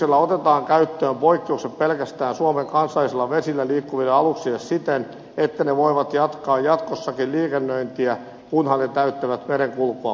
esityksellä otetaan käyttöön poikkeukset pelkästään suomen kansallisilla vesillä liikkuville aluksille siten että ne voivat jatkaa jatkossakin liikennöintiä kunhan ne täyttävät merenkulkua